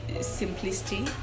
simplicity